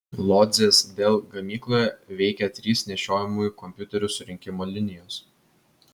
lodzės dell gamykloje veikia trys nešiojamųjų kompiuterių surinkimo linijos